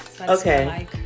Okay